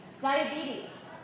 diabetes